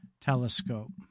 telescope